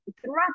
throughout